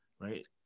right